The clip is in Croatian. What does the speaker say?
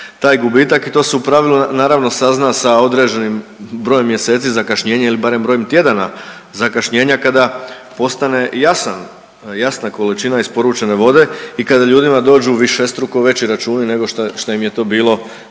taj gubitak i to se u pravilu naravno sazna sa određenim brojem mjeseci zakašnjenja ili barem brojem tjedana zakašnjenja kada postane jasan, jasna količina isporučene vode i kada ljudima dođu višestruko veći računi nego što je, što im